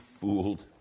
fooled